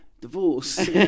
divorce